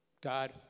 God